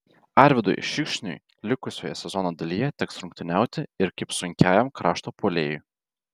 arvydui šikšniui likusioje sezono dalyje teks rungtyniauti ir kaip sunkiajam krašto puolėjui